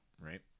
right